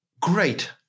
great